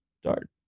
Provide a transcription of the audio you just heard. start